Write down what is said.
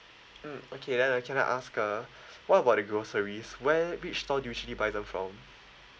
mm okay then can I ask uh what about the groceries where which stores do you usually buy them from